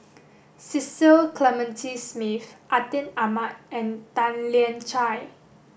Cecil Clementi Smith Atin Amat and Tan Lian Chye